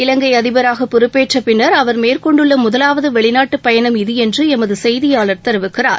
இலங்கைஅதிபராகபொறுப்பேற்றபின்னர் அவர் மேற்கொண்டுள்ளமுதலாவதுவெளிநாட்டுப் பயனம் இது என்றுஎமதுசெய்தியாளர் தெரிவிக்கிறார்